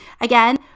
again